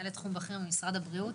מנהלת תחום בכיר במשרד הבריאות,